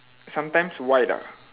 sometimes white ah